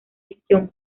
dicción